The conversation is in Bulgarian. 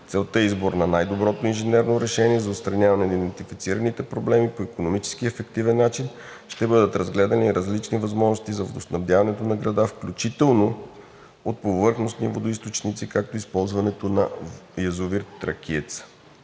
Целта е избор на най-доброто инженерно решение за отстраняване на идентифицираните проблеми по икономически ефективен начин. Ще бъдат разгледани различни възможности за водоснабдяването на града, включително от повърхностни водоизточници, както и използването на язовир „Тракиец“.